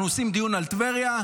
אנחנו עושים דיון על טבריה,